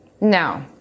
No